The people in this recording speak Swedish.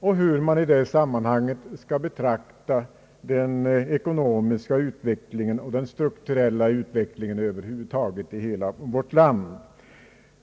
och hur man i det sammanhanget skall betrakta den ekonomiska och strukturella utvecklingen över huvud taget i hela vårt land.